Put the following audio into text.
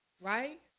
Right